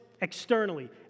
externally